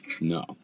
No